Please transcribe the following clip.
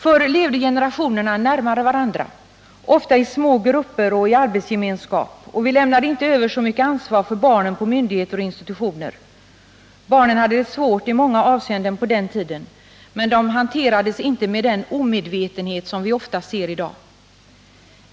Förr levde generationerna närmare varandra, ofta i små grupper och i arbetsgemenskap, och vi lämnade inte över så mycket ansvar för barnen på myndigheter och institutioner. Barnen hade det svårt i många avseenden på den tiden, men de hanterades inte med den omedvetenhet som vi ofta ser i dag.